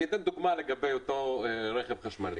אתן דוגמה לגבי אותו רכב חשמלי